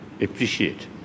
appreciate